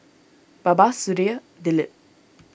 Baba Sudhir Dilip